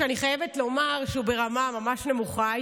שאני חייבת לומר שהוא ברמה ממש נמוכה,